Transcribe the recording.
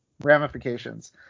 ramifications